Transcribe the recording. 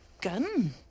gun